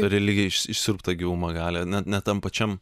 religija išsiurbt tą gyvumą gali net ne tam pačiam